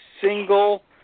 single